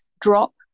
drop